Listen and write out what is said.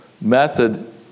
method